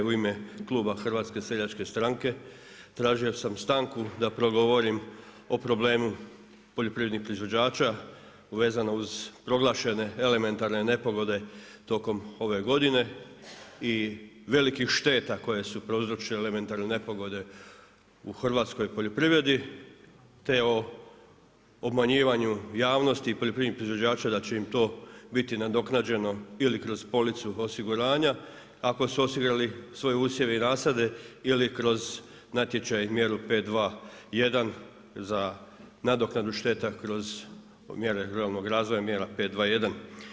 U ime kluba HSS-a, tražio sam stanku da progovorim o problemu poljoprivrednih proizvođača vezano uz proglašene elementarne nepogode tokom ove godine i velikih šteta koje su prouzročile elementarne nepogode u hrvatskoj poljoprivredi te o obmanjivanju poljoprivrednih proizvođača da će i m to biti nadoknađeno ili kroz policu osiguranja ako su osigurali svoje usjeve i nasade ili kroz natječajnu mjeru 521 za nadoknadu šteta kroz mjere ruralnog razvoja, mjera 521.